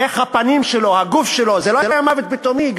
איך הפנים שלו, הגוף שלו, זה לא היה מוות פתאומי.